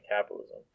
capitalism